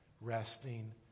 resting